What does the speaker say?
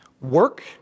work